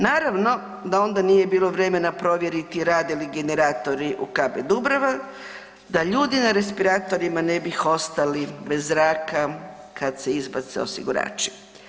Naravno da onda nije bilo vremena provjeriti rade li generatori u KB Dubrava, da ljudi na respiratorima ne bi ostali bez zraka kad se izbace osigurači.